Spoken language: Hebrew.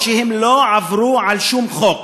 אף-על-פי שהם לא עברו על שום חוק.